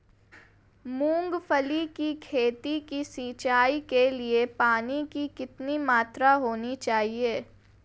मूंगफली की खेती की सिंचाई के लिए पानी की कितनी मात्रा होनी चाहिए?